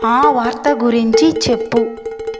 ఆ వార్త గురించి చెప్పు